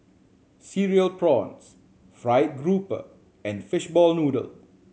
Cereal Prawns fried grouper and fishball noodle